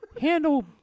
handle